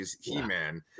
He-Man